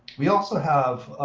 we also have